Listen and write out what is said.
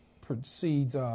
proceeds